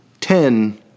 ten